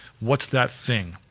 what's that thing?